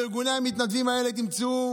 בארגוני המתנדבים האלה תמצאו